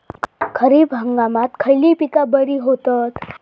खरीप हंगामात खयली पीका बरी होतत?